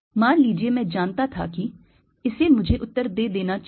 मान लीजिए मैं जानता था कि इसे मुझे उत्तर दे देना चाहिए